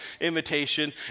invitation